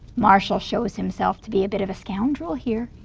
marshall shows himself to be a bit of a scoundrel here.